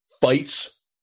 Fights